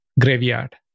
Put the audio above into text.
Graveyard